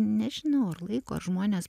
nežinau ar laiko ar žmonės